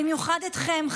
במיוחד אתכם,